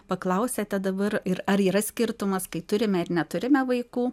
paklausėte dabar ir ar yra skirtumas kai turime ar neturime vaikų